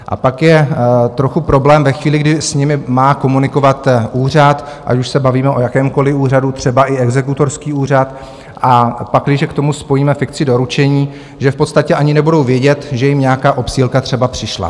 A pak je trochu problém ve chvíli, kdy s nimi má komunikovat úřad, ať už se bavíme o jakémkoliv úřadu, třeba i exekutorský úřad, a pakliže k tomu spojíme fikci doručení, v podstatě ani nebudou vědět, že jim nějaká obsílka třeba přišla.